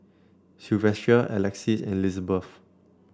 Silvester Alexys and Lizbeth